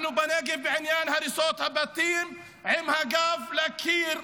אנחנו בנגב בעניין הריסות הבתים עם הגב לקיר.